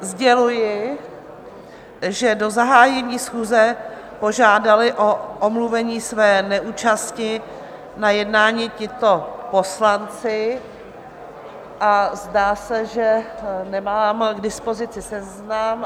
Sděluji, že do zahájení schůze požádali o omluvení své neúčasti na jednání tito poslanci... a zdá se, že nemám k dispozici seznam...